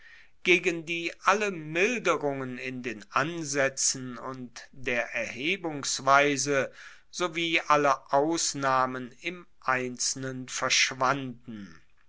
gegen die alle milderungen in den ansaetzen und der erhebungsweise sowie alle ausnahmen im einzelnen verschwanden